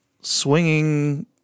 swinging